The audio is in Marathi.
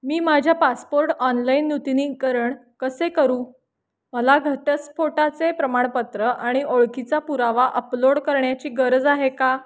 मी माझ्या पासपोर्ट ऑनलाईन नूतनीकरण कसे करू मला घटस्फोटाचे प्रमाणपत्र आणि ओळखीचा पुरावा अपलोड करण्याची गरज आहे का